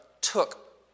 took